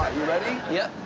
you ready? yep.